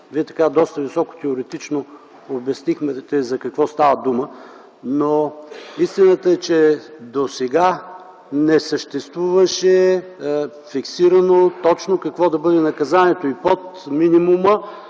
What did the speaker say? Лазаров доста високо теоретично обясни за какво става дума, но истината е, че досега не съществуваше точно фиксирано какво да бъде наказанието и под минимума.